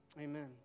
Amen